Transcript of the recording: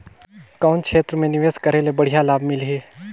कौन क्षेत्र मे निवेश करे ले बढ़िया लाभ मिलही?